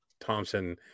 Thompson